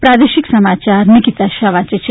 પ્રાદેશિક સમાયાર નિકિતા શાહ વાંચે છે